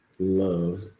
love